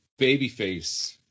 babyface